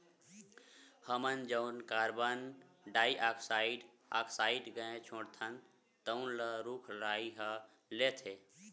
हमन जउन carbon dioxide oxide gas छोड़थन तउन ल रूख राई ह ले लेथे